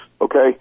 Okay